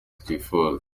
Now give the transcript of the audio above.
twifuza